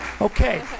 Okay